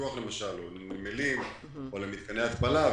כוח למשל או לנמלים או למתקני התפלה,